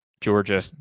Georgia